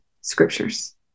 scriptures